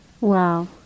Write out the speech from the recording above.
Wow